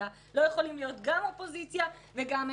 לא יכולים להיות גם אופוזיציה וגם ממשלה.